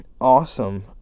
awesome